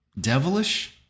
devilish